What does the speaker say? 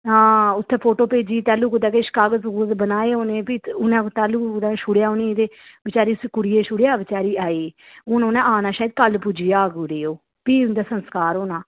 हां उ'त्थै फोटो भेजी तैलूं कु'तै किश कागज़ कूगज बनाए होने भी उ'नें तैलूं कु'तै छोड़ेआ उ'नें गी बचारी उसी कुड़ियै गी छोड़ेआ बचारी आई हून उ'न्नै आना शैद कल पुज्जी जाग कुड़ी ओह् भी उं'दा संस्कार होना